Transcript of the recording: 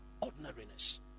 ordinariness